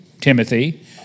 Timothy